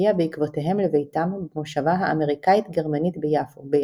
הגיעה בעקבותיהם לביתם במושבה האמריקאית-גרמנית ביפו ביפו.